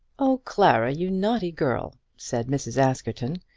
oh, clara, you naughty girl, said mrs. askerton,